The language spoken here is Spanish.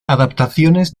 adaptaciones